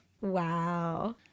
Wow